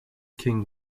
king